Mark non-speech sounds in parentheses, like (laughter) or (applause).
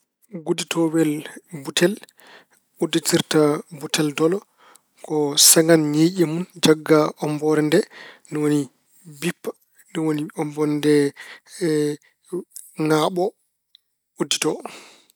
Ngodditoowel butel udditirda butel dolo ko seŋan ñiiye mun, jagga ommboode nde ni woni bippa. Ni woni ommboode nde (hesitation) ŋaaɓo, uddito.